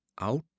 out